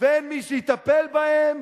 ואין מי שיטפל בהם